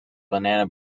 banana